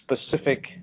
specific